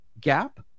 gap